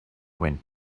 went